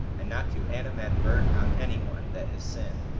and not to animadvert on any one that has sinned.